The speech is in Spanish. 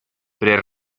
pre